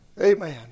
Amen